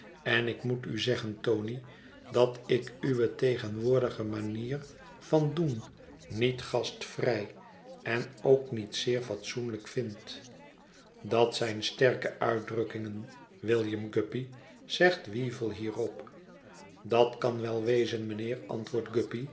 en ik moet u zeggen tony dat ik uwe tegenwoordige manier van doen niet gastvrij en ook niet zeer fatsoenlijk vind dat zijn sterke uitdrukkingen william guppy zegt weevle hierop dat kan wel wezen mijnheer antwoordt